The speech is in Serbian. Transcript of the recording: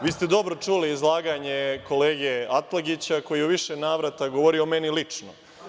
Vi ste dobro čuli izlaganje kolege Atlagića koji je u više navrata govorio o meni lično.